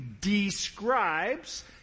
describes